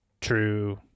true